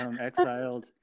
exiled